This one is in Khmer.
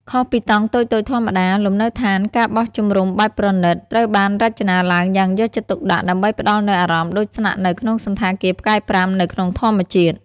ខុសពីតង់តូចៗធម្មតា លំនៅដ្ឋាន ការបោះជំរំបែបប្រណីត ត្រូវបានរចនាឡើងយ៉ាងយកចិត្តទុកដាក់ដើម្បីផ្តល់នូវអារម្មណ៍ដូចស្នាក់នៅក្នុងសណ្ឋាគារផ្កាយប្រាំនៅក្នុងធម្មជាតិ។